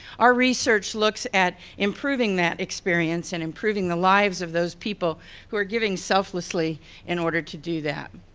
our research looks at improving that experience and improving the lives of those people who are giving selflessly in order to do that.